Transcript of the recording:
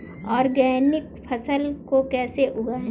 Organic फसल को कैसे उगाएँ?